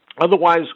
Otherwise